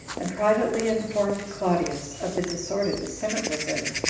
and privately informed claudius of the disorder the senate was in,